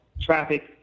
traffic